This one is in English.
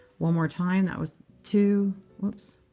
one more time. that was two whoops.